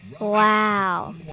Wow